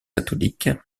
catholique